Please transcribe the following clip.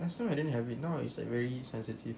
last time I don't have it now it's like very sensitive